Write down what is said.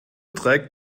trägt